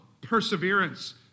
perseverance